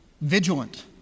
vigilant